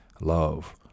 Love